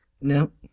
Nope